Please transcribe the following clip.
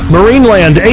Marineland